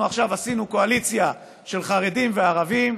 אנחנו עכשיו עשינו קואליציה של חרדים וערבים.